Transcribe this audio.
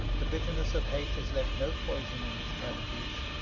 the bitterness of hate has left no poison in its cavities,